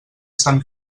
sant